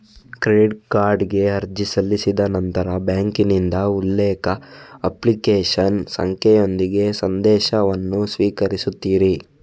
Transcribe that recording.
credit ಕಾರ್ಡಿಗೆ ಅರ್ಜಿ ಸಲ್ಲಿಸಿದ ನಂತರ ಬ್ಯಾಂಕಿನಿಂದ ಉಲ್ಲೇಖ, ಅಪ್ಲಿಕೇಶನ್ ಸಂಖ್ಯೆಯೊಂದಿಗೆ ಸಂದೇಶವನ್ನು ಸ್ವೀಕರಿಸುತ್ತೀರಿ